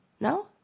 No